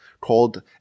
called